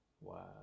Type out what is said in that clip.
Wow